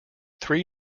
three